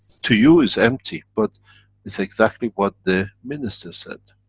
to you it's empty, but it's exactly what the minister said.